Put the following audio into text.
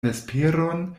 vesperon